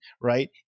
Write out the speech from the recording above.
right